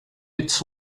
its